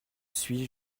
suis